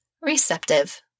receptive